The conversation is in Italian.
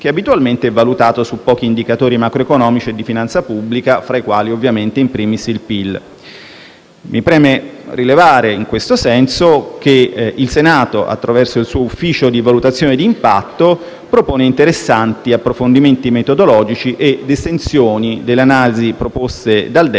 abitualmente valutato su pochi indicatori macroeconomici e di finanza pubblica, fra i quali ovviamente *in primis* il PIL. Mi preme rilevare in questo senso che il Senato, attraverso il suo Ufficio valutazione impatto (UVI), propone interessanti approfondimenti metodologici ed estensioni delle analisi proposte dal DEF